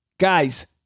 Guys